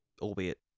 albeit